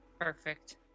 Perfect